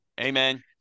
Amen